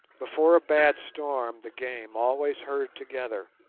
before a bad storm the game always herd together,